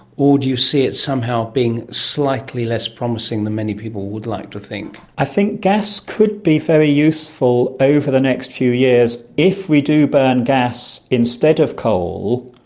or do you see it somehow being slightly less promising than many people would like to think? i think gas could be very useful over the next few years. if we do burn gas instead of coal,